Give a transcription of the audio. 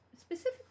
Specifically